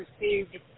received